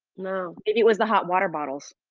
no maybe it was the hot water bottles.